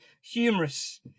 humorous